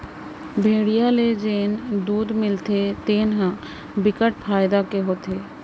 भेड़िया ले जेन दूद मिलथे तेन ह बिकट फायदा के होथे